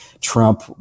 Trump